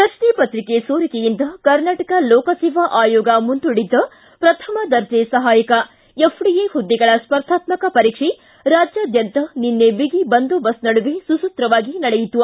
ಪ್ರಶ್ನೆಪತ್ರಿಕೆ ಸೋರಿಕೆಯಿಂದ ಕರ್ನಾಟಕ ಲೋಕಸೇವಾ ಆಯೋಗ ಮುಂದೂಡಿದ್ದ ಪ್ರಥಮ ದರ್ಜೆ ಸಹಾಯಕ ಎಫ್ಡಿಎಹುದ್ದೆಗಳ ಸ್ಪರ್ಧಾತ್ಮಕ ಪರೀಕ್ಷೆ ರಾಜ್ಯಾದ್ಯಂತ ನಿನ್ನೆ ಬಿಗಿ ಬಂದೋಬಸ್ತ್ ನಡುವೆ ಸುಸೂತ್ರವಾಗಿ ನಡೆಯಿತು